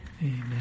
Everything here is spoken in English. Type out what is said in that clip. Amen